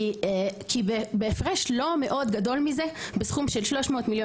כי בהפרש לא מאוד גדול מזה - בסכום של 300 מיליון